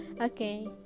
Okay